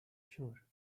shore